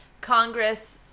Congress